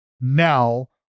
now